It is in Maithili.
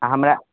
आओर हमरा